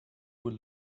will